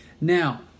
Now